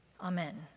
Amen